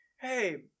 Hey